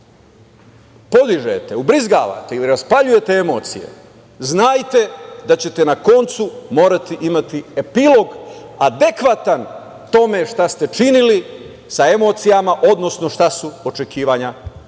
poližete, ubrizgavate ili raspaljujete emocije, znajte da ćete na koncu morati imati epilog adekvatan tome šta ste činili sa emocijama, odnosno šta su očekivanja